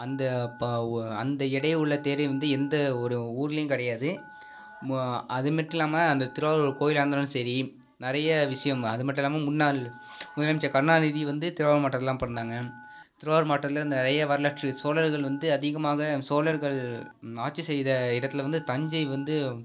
அந்த பா ஒ அந்த இடையுள்ள தேரை வந்து எந்த ஒரு ஊர்லையும் கிடையாது அதுமட்டும் இல்லாமல் அந்த திருவாரூர் கோவிலாக இருந்தாலும் சரி நிறைய விஷயம் அதுமட்டும் இல்லாமல் முன்னால் முதலமைச்சர் கருணாநிதி வந்து திருவாரூர் மாவட்டத்தில் தான் பிறந்தாங்க திருவாரூர் மாவட்டத்தில் நிறைய வரலாற்று சோழர்கள் வந்து அதிகமாக சோழர்கள் ஆட்சி செய்த இடத்தில் வந்து தஞ்சை வந்து